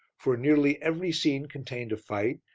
for nearly every scene contained a fight,